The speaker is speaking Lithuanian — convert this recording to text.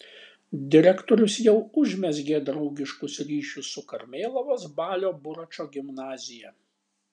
direktorius jau užmezgė draugiškus ryšius su karmėlavos balio buračo gimnazija